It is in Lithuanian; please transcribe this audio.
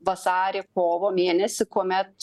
vasarį kovo mėnesį kuomet